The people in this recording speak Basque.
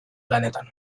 lanetan